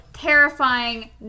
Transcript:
Terrifying